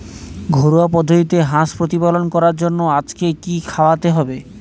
ঘরোয়া পদ্ধতিতে হাঁস প্রতিপালন করার জন্য আজকে কি খাওয়াতে হবে?